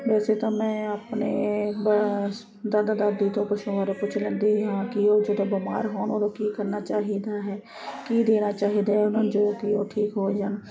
ਵੈਸੇ ਤਾਂ ਮੈਂ ਆਪਣੇ ਦਾਦਾ ਦਾਦੀ ਤੋਂ ਪੁੱਛ ਲੈਂਦੀ ਹਾਂ ਕਿ ਉਹ ਜਦੋਂ ਬਿਮਾਰ ਹੋਣ ਉਹਨੂੰ ਕੀ ਕਰਨਾ ਚਾਹੀਦਾ ਹੈ ਕੀ ਦੇਣਾ ਚਾਹੀਦਾ ਹੈ ਜੋ ਕਿ ਠੀਕ ਹੋ ਜਾਣ